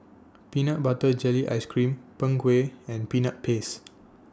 Peanut Butter Jelly Ice Cream Png Kueh and Peanut Paste